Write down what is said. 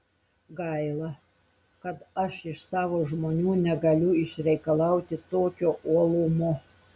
gaila kad aš iš savo žmonių negaliu išreikalauti tokio uolumo